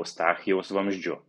eustachijaus vamzdžiu